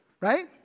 right